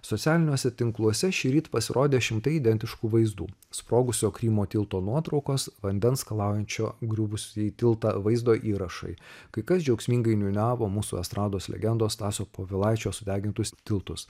socialiniuose tinkluose šįryt pasirodė šimtai identiškų vaizdų sprogusio krymo tilto nuotraukos vandens skalaujančio griuvusį tiltą vaizdo įrašai kai kas džiaugsmingai niūniavo mūsų estrados legendos stasio povilaičio sudegintus tiltus